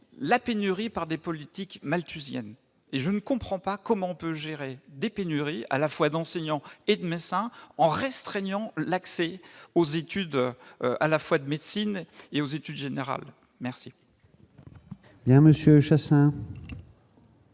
la pénurie, par des politiques malthusiennes et je ne comprends pas comment on peut gérer des pénuries, à la fois d'enseignants et de médecins en restreignant l'accès aux études, à la fois de médecine et aux études générales merci.